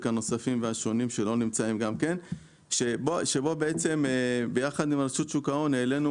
הנוספים והשונים שלא נמצאים גם כן שביחד עם רשות שוק ההון העלינו